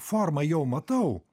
formą jau matau